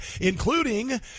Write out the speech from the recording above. including